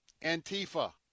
Antifa